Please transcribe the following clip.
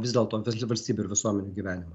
vis dėlto valstybių ir visuomenių gyvenimą